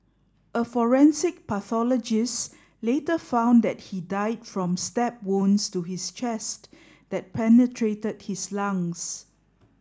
a forensic pathologist later found that he died from stab wounds to his chest that penetrated his lungs